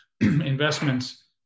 investments